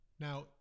Now